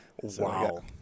Wow